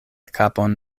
kapon